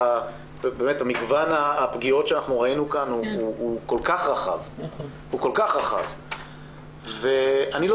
מגוון הפגיעות שראינו כאן הוא כל כך רחב ואני לא